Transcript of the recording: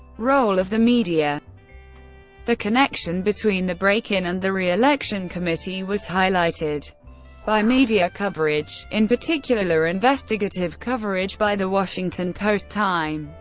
role of the media the connection between the break-in and the re-election committee was highlighted by media coverage in particular, investigative coverage by the washington post, time,